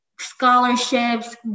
scholarships